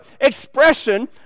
expression